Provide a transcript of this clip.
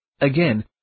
Again